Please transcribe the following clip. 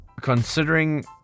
considering